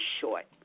short